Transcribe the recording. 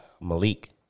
Malik